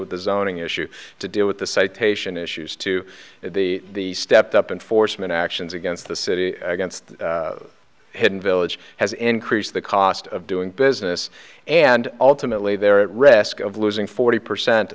with the zoning issue to deal with the citation issues to the stepped up enforcement actions against the city once the hidden village has increased the cost of doing business and ultimately they're at risk of losing forty percent